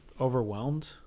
overwhelmed